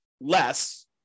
less